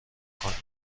کنین